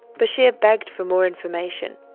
bashir begged for more information.